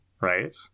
right